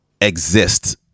exist